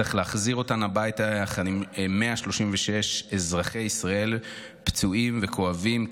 צריך להחזיר אותן הביתה יחד עם 136 אזרחי ישראל פצועים וכואבים,